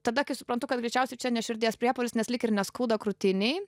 tada kai suprantu kad greičiausiai čia ne širdies priepuolis nes lyg ir neskauda krūtinėj